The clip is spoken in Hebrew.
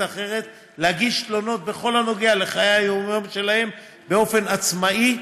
אחרת להגיש תלונות בכל הנוגע לחיי היומיום שלהם באופן עצמאי,